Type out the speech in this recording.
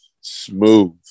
smooth